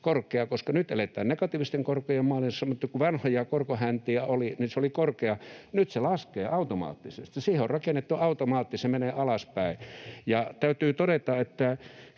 korkea — nyt eletään negatiivisten korkojen mallissa, mutta kun vanhoja korkohäntiä oli, niin se oli korkea. Nyt se laskee automaattisesti. Siihen on rakennettu automaatti, se menee alaspäin. Täytyy todeta, että